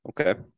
Okay